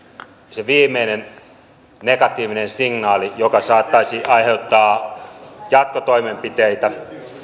se viimeinen negatiivinen signaali joka saattaisi aiheuttaa jatkotoimenpiteitä